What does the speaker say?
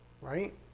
right